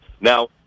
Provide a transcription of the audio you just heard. Now